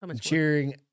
cheering